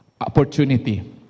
opportunity